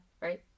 right